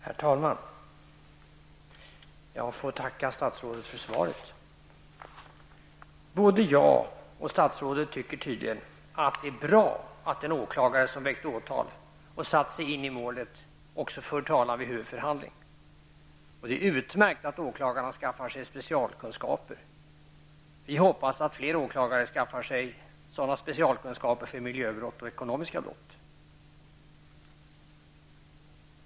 Herr talman! Jag tackar statsrådet för svaret. Både jag och statsrådet tycker tydligen att det är bra att en åklagare som väckt åtal och satt sig in i målet också för talan vid huvudförhandling. Det är utmärkt att åklagarna skaffar sig specialkunskaper. Vi hoppas att fler åklagare skaffar sig sådana specialkunskaper för miljöbrott och ekonomiska brott.